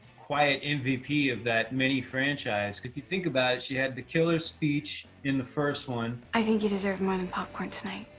quiet mvp of that mini franchise cause if you think about it, she had the killer speech in the first one. i think you deserve more than popcorn tonight.